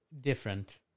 different